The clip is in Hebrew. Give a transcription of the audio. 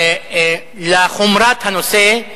חומרת הנושא,